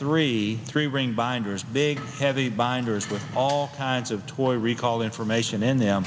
three three ring binders big heavy binders with all kinds of toy recall information in them